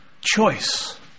choice